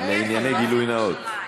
לענייני גילוי נאות.